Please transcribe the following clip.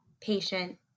patient